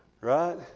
Right